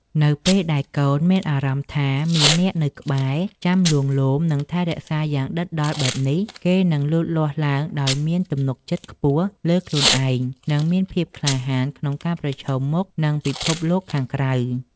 នៅពេលដែលកូនមានអារម្មណ៍ថាមានអ្នកនៅក្បែរ ចាំលួងលោម និងថែរក្សាយ៉ាងដិតដល់បែបនេះ គេនឹងលូតលាស់ឡើងដោយមានទំនុកចិត្តខ្ពស់លើខ្លួនឯង និងមានភាពក្លាហានក្នុងការប្រឈមមុខនឹងពិភពលោកខាងក្រៅ។